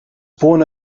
born